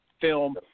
film